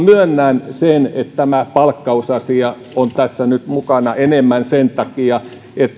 myönnän sen että tämä palkkausasia on tässä nyt mukana enemmän sen takia että